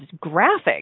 graphic